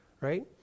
Right